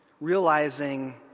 realizing